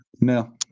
No